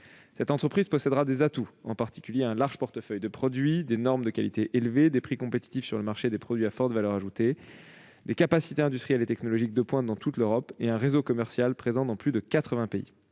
Cette entreprise possédera des atouts, en particulier un large portefeuille de produits, des normes de qualité élevées, des prix compétitifs sur le marché des produits à forte valeur ajoutée, des capacités industrielles et technologies de pointe dans toute l'Europe, et un réseau commercial présent dans plus de 80 pays.